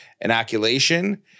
inoculation